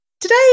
Today